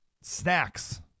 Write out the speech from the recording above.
snacks